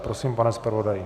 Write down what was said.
Prosím, pane zpravodaji.